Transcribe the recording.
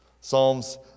Psalms